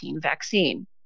vaccine